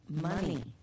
money